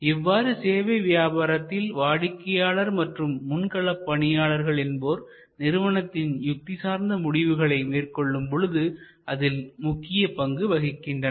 இவ்வாறு சேவை வியாபாரத்தில் வாடிக்கையாளர் மற்றும் முன் களப்பணியாளர்கள் என்போர் நிறுவனத்தின் யுக்தி சார்ந்த முடிவுகளை மேற்கொள்ளும் பொழுது அதில் முக்கிய பங்கு வகிக்கின்றனர்